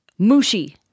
Mushi